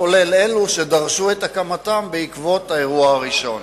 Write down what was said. גם אלה שדרשו את הקמתן בעקבות האירוע הראשון.